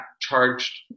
charged